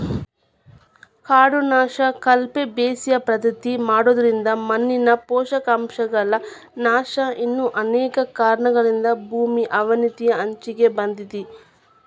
ಕಾಡು ನಾಶ, ಕಳಪೆ ಬೇಸಾಯ ಪದ್ಧತಿ ಮಾಡೋದ್ರಿಂದ ಮಣ್ಣಿನ ಪೋಷಕಾಂಶಗಳ ನಾಶ ಇನ್ನು ಅನೇಕ ಕಾರಣಗಳಿಂದ ಭೂಮಿ ಅವನತಿಯ ಅಂಚಿಗೆ ಬಂದೇತಿ